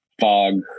fog